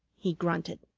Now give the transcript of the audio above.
he grunted.